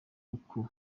uku